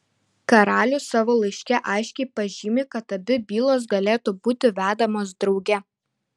karalius savo laiške aiškiai pažymi kad abi bylos galėtų būti vedamos drauge